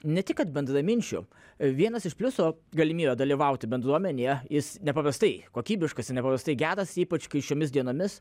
ne tik kad bendraminčių vienas iš pliusų galimybė dalyvauti bendruomenėje jis nepaprastai kokybiškas ir nepaprastai geras ypač kai šiomis dienomis